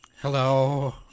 Hello